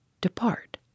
Depart